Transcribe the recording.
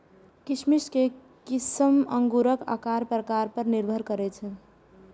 किशमिश के किस्म अंगूरक आकार प्रकार पर निर्भर करै छै